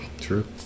true